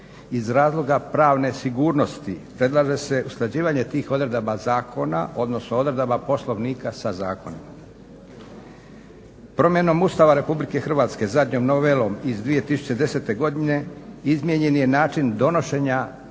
iz razloga pravne sigurnosti. Predlaže se usklađivanje tih odredaba zakona, odnosno odredaba Poslovnika sa zakonima. Promjenom Ustava Republike Hrvatske, zadnjom novelom iz 2010. godine izmijenjen je način donošenja